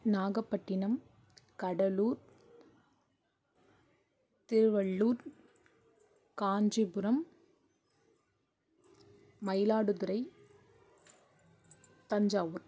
Nagapattinam Cuddalore Tiruvallur Kanchipuram Mayiladuthurai Thanjavur